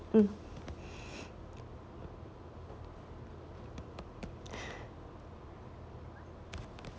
mm